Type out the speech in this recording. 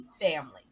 family